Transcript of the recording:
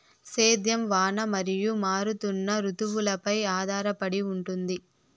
సేద్యం వాన మరియు మారుతున్న రుతువులపై ఆధారపడి ఉంటుంది